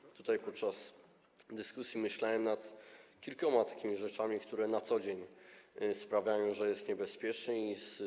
I tutaj podczas dyskusji myślałem nad kilkoma takimi rzeczami, które na co dzień sprawiają, że jest niebezpiecznie.